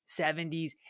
70s